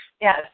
Yes